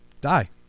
die